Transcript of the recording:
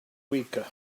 weaker